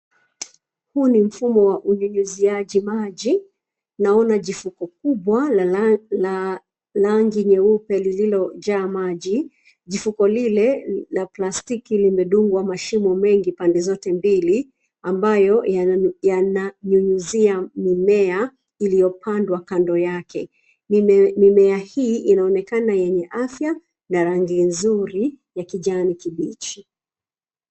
Huu ni mfumo wa unyunyiziaji maji. Naona jifuko kubwa la rangi nyeupe lililojaa maji. Jifuko lile la plastiki limedungwa mashimo mengi pande zote mbili ambayo yananyunyizia mimea iliyopandwa kando yake. Mimea hii inaonekana yenye afya na rangi nzuri ya kijani kibichi.